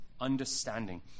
understanding